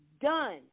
done